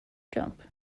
jump